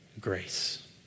grace